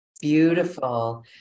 Beautiful